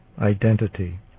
identity